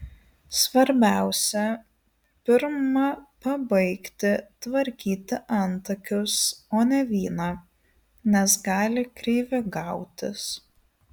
svarbiausia pirma pabaigti tvarkyti antakius o ne vyną nes gali kreivi gautis